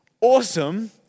awesome